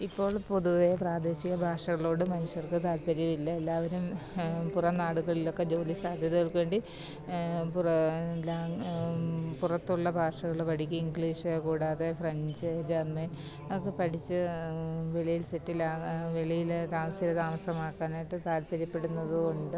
ഇപ്പോൾ പൊതുവേ പ്രാദേശിക ഭാഷകളോട് മനുഷ്യർക്ക് താൽപ്പര്യമില്ല എല്ലാവരും പുറം നാടുകളിലൊക്കെ ജോലി സാധ്യതകൾക്ക് വേണ്ടി പുറം പുറത്തുള്ള ഭാഷകൾ പഠിക്കുകയും ഇംഗ്ലീഷ് കൂടാതെ ഫ്രഞ്ച് ജർമൻ അതൊക്കെ പഠിച്ച് വെളിയിൽ സെറ്റിൽ ആകുക വെളിയിൽ താമസമാക്കാനായിട്ട് താൽപ്പര്യപ്പെടുന്നത് കൊണ്ട്